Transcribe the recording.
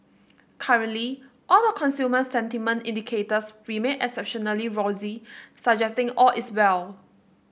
currently all the consumer sentiment indicators remain exceptionally rosy suggesting all is well